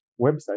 website